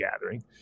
gathering